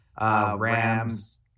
Rams